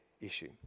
issue